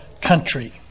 country